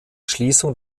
schließung